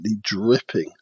dripping